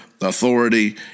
authority